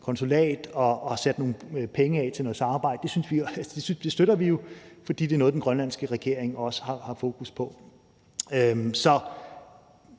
konsulat og har sat nogle penge af til noget samarbejde, og det støtter vi jo, fordi det er noget, den grønlandske regering også har fokus på.